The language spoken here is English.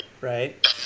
right